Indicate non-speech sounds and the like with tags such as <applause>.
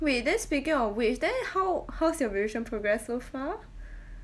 wait then speaking of which then how how's your revision progress so far <breath>